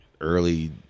early